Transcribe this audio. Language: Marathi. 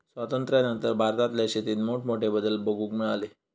स्वातंत्र्यानंतर भारतातल्या शेतीत मोठमोठे बदल बघूक मिळाले